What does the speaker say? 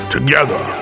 Together